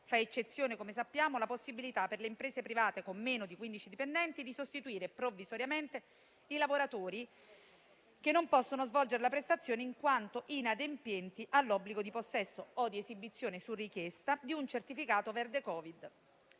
Fa eccezione, come sappiamo, la possibilità, per le imprese private con meno di 15 dipendenti, di sostituire provvisoriamente i lavoratori che non possono svolgere la prestazione, in quanto inadempienti all'obbligo di possesso o di esibizione su richiesta di un certificato verde Covid.